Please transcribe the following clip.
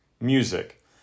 music